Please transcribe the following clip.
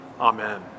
Amen